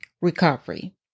recovery